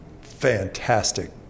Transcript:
fantastic